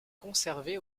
conservée